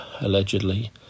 allegedly